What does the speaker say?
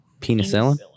penicillin